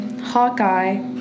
hawkeye